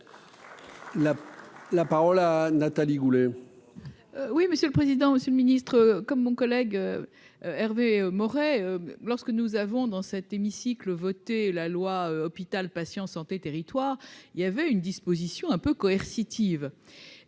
La parole à Nathalie Goulet.